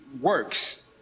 works